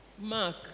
Mark